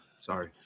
Sorry